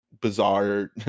bizarre